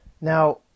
Now